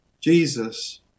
Jesus